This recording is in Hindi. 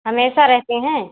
हमेशा रहते हैं